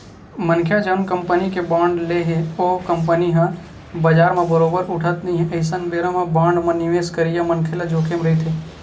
मनखे ह जउन कंपनी के बांड ले हे ओ कंपनी ह बजार म बरोबर उठत नइ हे अइसन बेरा म बांड म निवेस करइया मनखे ल जोखिम रहिथे